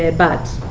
ah but,